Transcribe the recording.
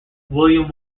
william